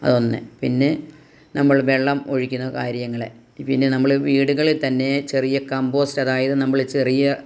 അതൊന്ന് പിന്നെ നമ്മൾ വെള്ളം ഒഴിക്കുന്ന കാര്യങ്ങളെ പിന്നെ നമ്മൾ വീടുകളിൽ തന്നെ ചെറിയ കമ്പോസ്റ്റ് അതായത് നമ്മൾ ചെറിയ